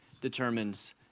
determines